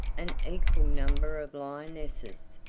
an equal number of lionesses,